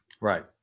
Right